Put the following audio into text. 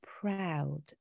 proud